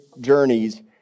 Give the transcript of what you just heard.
journeys